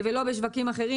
לא בשווקים אחרים.